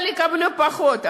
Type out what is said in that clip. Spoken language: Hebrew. אבל יקבלו פחות.